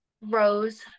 rose